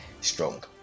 strong